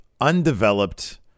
undeveloped